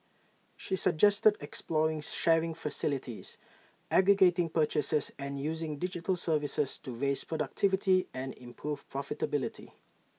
she suggested exploring sharing facilities aggregating purchases and using digital services to raise productivity and improve profitability